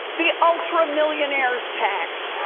the ultra-millionaire's tax